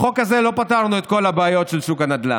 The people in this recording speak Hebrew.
בחוק הזה לא פתרנו את כל הבעיות של שוק הנדל"ן.